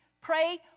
Pray